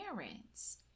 parents